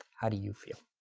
how do you feel?